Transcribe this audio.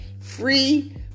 free